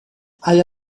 alla